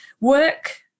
work